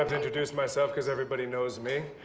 um introduce myself, cause everybody knows me,